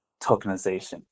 tokenization